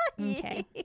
okay